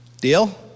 Deal